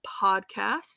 podcast